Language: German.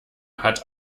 hat